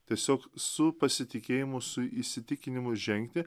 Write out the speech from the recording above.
tiesiog su pasitikėjimu su įsitikinimu žengti